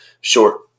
short